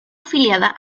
afiliada